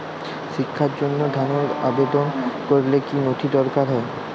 শিক্ষার জন্য ধনের আবেদন করলে কী নথি দরকার হয়?